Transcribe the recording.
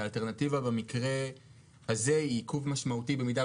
האלטרנטיבה במקרה הזה היא עיכוב משמעותי במידה